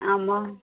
అమ్మ